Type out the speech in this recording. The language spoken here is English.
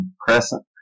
Crescent